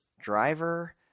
driver